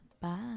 bye